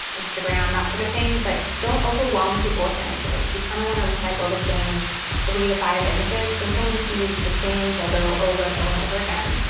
instagram, that sort of thing. but don't overwhelm people with images. you kind of want to recycle the same three to five images. when someone sees the same photo over and over and over again,